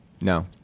No